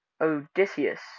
Odysseus